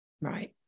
right